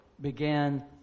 began